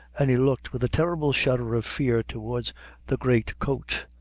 and he looked with a terrible shudder of fear towards the great coat.